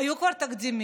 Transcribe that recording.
היו כבר תקדימים,